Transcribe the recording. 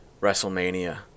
WrestleMania